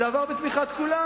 זה עבר בתמיכת כולם.